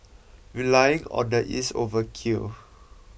relying on the is overkill